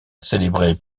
célébré